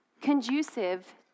conducive